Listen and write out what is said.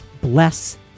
Bless